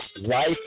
life